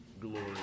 glory